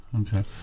Okay